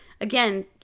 again